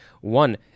One